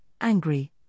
angry